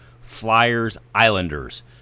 Flyers-Islanders